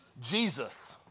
Jesus